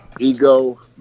Ego